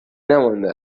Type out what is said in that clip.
نمانده